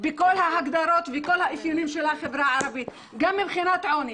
בכל ההגדרות וכל האפיונים של החברה הערבית גם מבחינת עוני,